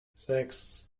sechs